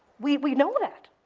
we we know that.